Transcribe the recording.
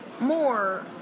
More